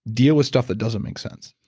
deal with stuff that doesn't make sense?